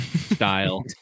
style